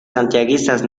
santiaguistas